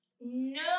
No